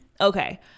Okay